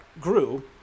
grew